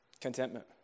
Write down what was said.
Contentment